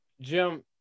jim